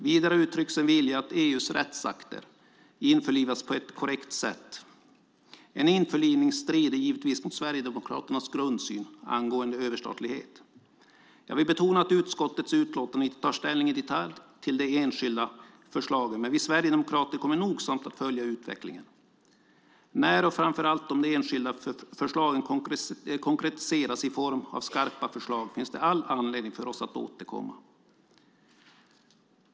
Vidare uttrycks en vilja att EU:s rättsakter ska införlivas på ett korrekt sätt. En införlivning strider givetvis mot Sverigedemokraternas grundsyn angående överstatlighet. Jag vill betona att man i utskottets utlåtande inte tar ställning i detalj till de enskilda förslagen, men vi sverigedemokrater kommer nogsamt att följa utvecklingen. När och framför allt om de enskilda förslagen konkretiseras i form av skarpa förslag finns det all anledning för oss att återkomma.